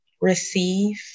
receive